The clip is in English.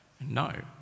No